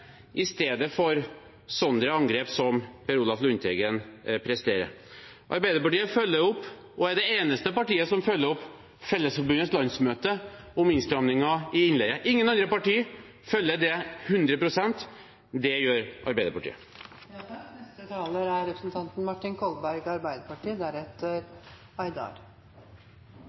i stedet for sånne angrep som Per Olaf Lundteigen presterer. Arbeiderpartiet er det eneste partiet som følger opp Fellesforbundets landsmøte om innstrammingen i innleie. Ingen andre partier følger det opp 100 pst. Det gjør